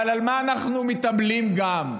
אבל על מה אנחנו מתאבלים גם?